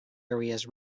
areas